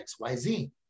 XYZ